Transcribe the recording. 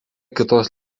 kitos